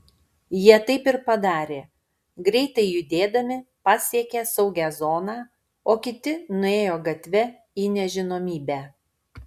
jie taip ir padarė greitai judėdami pasiekė saugią zoną o kiti nuėjo gatve į nežinomybę